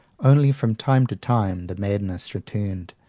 only, from time to time, the madness returned,